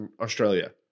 Australia